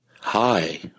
Hi